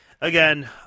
Again